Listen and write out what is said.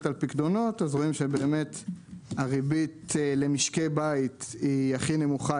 על פיקדונות אז רואים שהריבית על משקי בית היא הכי נמוכה,